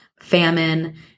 famine